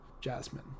Jasmine